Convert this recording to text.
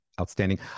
outstanding